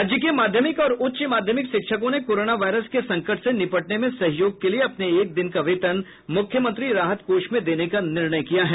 राज्य के माध्यमिक और उच्च माध्यमिक शिक्षकों ने कोरोना वायरस के संकट से निपटने में सहयोग के लिये अपने एक दिन का वेतन मुख्यमंत्री राहत कोष में देने का निर्णय किया है